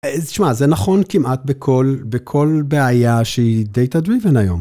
תשמע, זה נכון כמעט בכל בעיה שהיא data-driven היום.